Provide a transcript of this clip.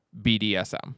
BDSM